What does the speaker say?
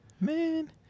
Man